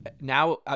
now –